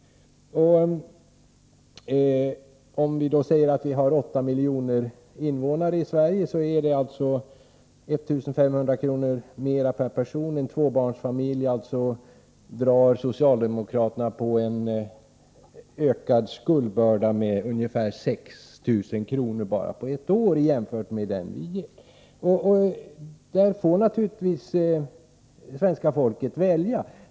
Med 8 miljoner invånare i Sverige blir det 1500 kronor mera per person. Det betyder att socialdemokraterna ökar skuldbördan för en tvåbarnsfamilj med ungefär 6000 kronor bara på ett år, jämfört med vad vi föreslår. Där får naturligtvis svenska folket välja.